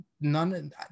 none